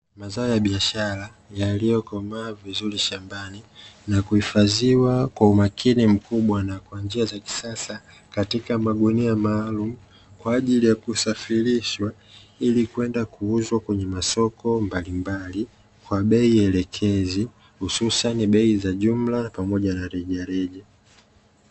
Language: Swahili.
Mazao ya biashara yaliyokomaa vizuri shambani na kuhifadhiwa kwa umakini mkubwa na kwa njia za kisasa katika magunia maalum kwa ajili ya kusafirishwa ili kwenda kuuzwa kwenye masoko mbalimbali kwa bei elekezi hususani bei za jumla pamoja na rejareja.